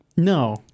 No